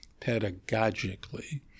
pedagogically